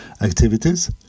activities